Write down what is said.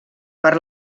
per